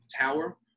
tower